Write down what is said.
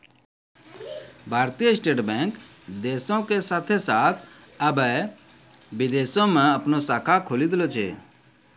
भारतीय State Bank देशो के साथे साथ अबै विदेशो मे अपनो शाखा खोलि देले छै